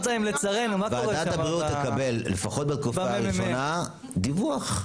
ועדת הבריאות תקבל לפחות בתקופה הראשונה דיווח.